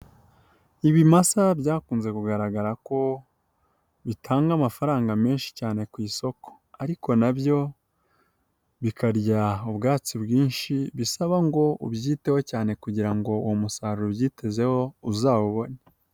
Ibimasa byakunze kugaragara ko, bitanga amafaranga menshi cyane ku isoko. Ariko nabyo, bikarya ubwatsi bwinshi bisaba ngo ubyiteho cyane kugira ngo uwo musaruro ubyitezeho uzawubone.